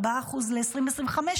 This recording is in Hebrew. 4% ל-2025,